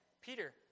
Peter